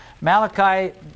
Malachi